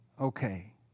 Okay